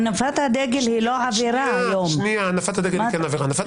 הנפת הדגל היא לא עבירה על החוק.